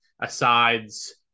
asides